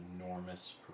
enormous